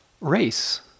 race